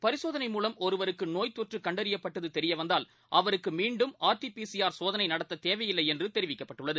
பரிசோதனை ஒருவருக்குநோய் மூலம் தொற்றுகண்டறியப்பட்டதுதெரியவந்தால் அவருக்குமீண்டும் ஆர் டி பிசிஆர் சோதனைநடத்ததேவையில்லைஎன்றுதெரிவிக்கப்பட்டுள்ளது